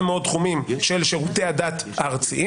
מאוד תחומים של שירותי הדת הארציים,